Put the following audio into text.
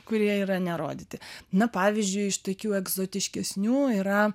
kurie yra nerodyti na pavyzdžiui iš tokių egzotiškesnių yra